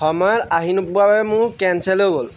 সময়ত আহি নোপোৱাৰ বাবে মোৰ কেঞ্চেল হৈ গ'ল